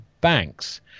banks